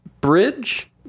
bridge